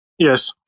Yes